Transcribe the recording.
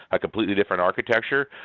a completely different architecture,